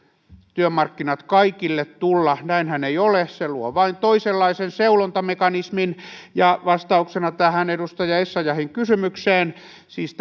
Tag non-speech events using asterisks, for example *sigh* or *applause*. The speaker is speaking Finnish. työmarkkinat kaikille tulla näinhän ei ole se vain luo toisenlaisen seulontamekanismin ja vastauksena edustaja essayahin kysymykseen siis *unintelligible*